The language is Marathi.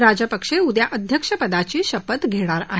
राजपक्षे उदया अध्यक्षपदाची शपथ घेणार आहेत